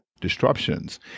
disruptions